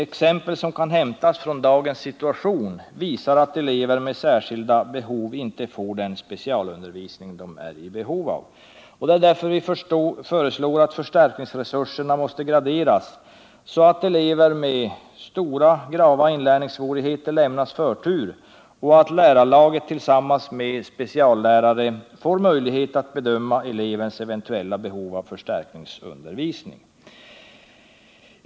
Exempel som kan hämtas från dagens situation visar att elever med särskilda behov inte får den specialundervisning de är i behov av. Det är därför vi föreslår att förstärkningsresurserna måste graderas, så att elever med grava inlärningssvårigheter lämnas förtur och att lärarlaget tillsammans med speciallärare får möjlighet att bedöma elevens eventuella behov av förstärkningsundervisning.